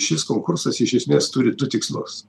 šis konkursas iš esmės turi du tikslus